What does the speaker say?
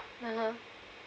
mmhmm